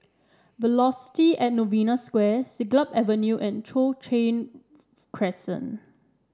Velocity At Novena Square Siglap Avenue and Cochrane Crescent